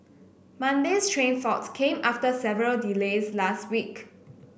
monday's train fault came after several delays last week